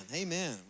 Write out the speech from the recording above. amen